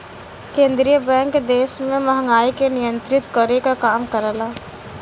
केंद्रीय बैंक देश में महंगाई के नियंत्रित करे क काम करला